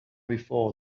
before